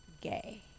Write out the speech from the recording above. gay